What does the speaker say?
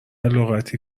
لغتی